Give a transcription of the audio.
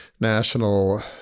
national